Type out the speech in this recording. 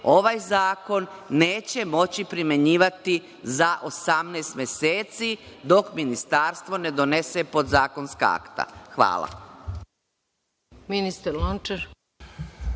ovaj zakon neće moći primenjivati za 18 meseci, dok Ministarstvo ne donese podzakonska akta. Hvala.